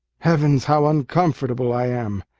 heavens! how uncomfortable i am!